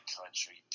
country